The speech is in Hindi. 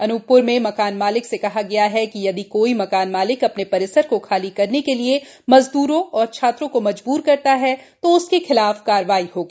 अनूपप्र में मकान मालिक से कहा गया है कि यदि कोई मकान मालिक अपने परिसर को खाली करने के लिए मजदूरों और छात्रों को मजबूर करता है तो उसके खिलाफ कार्रवाई होगी